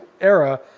era